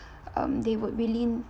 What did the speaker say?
um they would really